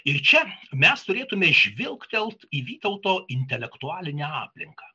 ir čia mes turėtume žvilgtelt į vytauto intelektualinę aplinką